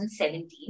2017